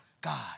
God